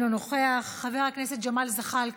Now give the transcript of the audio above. אינו נוכח, חבר הכנסת ג'מאל זחאלקה,